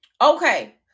okay